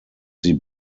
sie